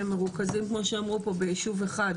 הם מרוכזים, כמו שאמרו פה, ביישוב אחד.